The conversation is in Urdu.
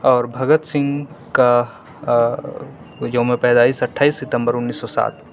اور بھگت سنگھ کا یومِ پیدائش اٹھائیس ستمبر انیس سو سات